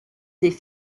des